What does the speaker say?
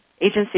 agency